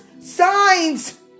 Signs